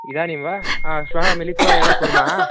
इदानीं वा श्वः मिलित्वा एव कुर्मः